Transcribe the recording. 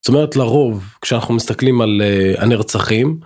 זאת אומרת לרוב כשאנחנו מסתכלים על הנרצחים.